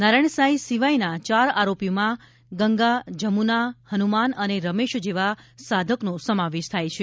નારાયણ સાંઈ સિવાયના ચાર આરોપીમાં ગંગા જમુના હનુમાન અને રમેશ જેવા સાધકનો સમાવેશ થાય છે